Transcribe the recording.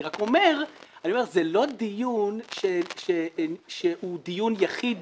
אני רק אומר שזה לא דיון שהוא דיון יחיד